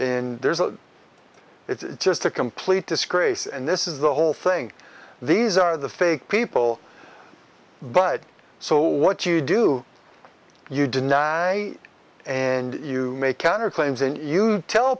n it's just a complete disgrace and this is the whole thing these are the fake people but so what you do you deny and you make counter claims and you tell